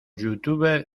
youtubers